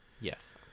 yes